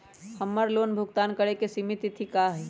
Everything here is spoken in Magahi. हमर लोन भुगतान करे के सिमित तिथि का हई?